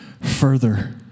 further